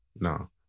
no